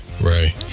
Right